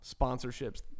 sponsorships